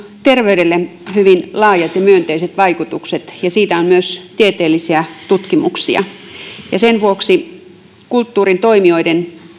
terveydelle hyvin laajat ja myönteiset vaikutukset ja siitä on myös tieteellisiä tutkimuksia sen vuoksi kulttuurin toimijoiden